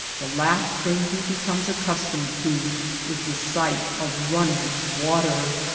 the last thing he becomes accustomed to is the sight of running water.